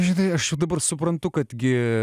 žinai aš dabar suprantu kad gi